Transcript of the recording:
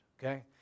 okay